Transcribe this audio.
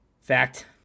fact